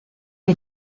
que